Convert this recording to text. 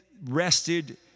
rested